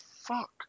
fuck